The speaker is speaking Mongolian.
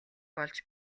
болж